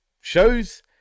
shows